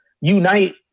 unite